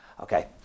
Okay